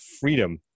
freedom